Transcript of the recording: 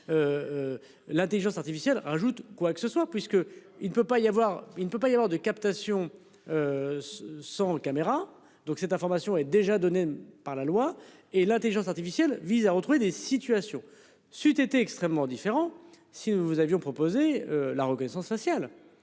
L'Intelligence artificielle ajoute quoique ce soit puisque. Il ne peut pas y avoir, il ne peut pas y avoir de captation. Sans caméra donc, cette information est déjà donné par la loi et l'Intelligence artificielle vise à retrouver des situations c'eût été extrêmement différents, si nous vous avions proposé la reconnaissance sociale.